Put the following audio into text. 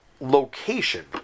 location